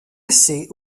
essais